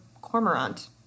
Cormorant